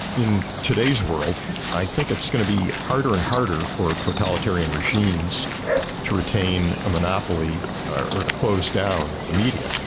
in today's world i think it's going to be harder and harder for totalitarian regimes to retain a monopoly or to close down the media,